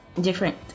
different